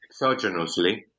exogenously